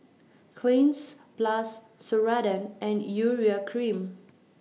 Cleanz Plus Ceradan and Urea Cream